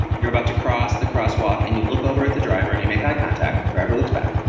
you're about to cross the crosswalk and you look over at the driver and you make eye contact, the driver looks back.